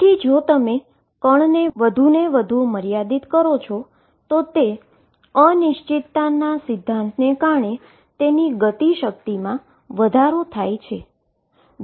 તેથી જો તમે એક કણને વધુને વધુ મર્યાદિત કરો છો તો તે અનસર્ટેનીટી પ્રિન્સીપલ ને કારણે તેની કાઈનેટીક એનર્જીમાં વધારો થાય છે